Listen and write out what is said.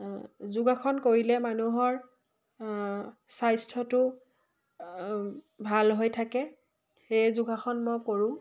যোগাসন কৰিলে মানুহৰ স্বাস্থ্যটো ভাল হৈ থাকে সেয়ে যোগাসন মই কৰোঁ